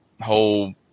whole